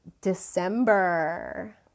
December